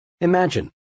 imagine